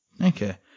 Okay